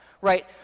right